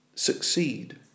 succeed